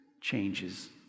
changes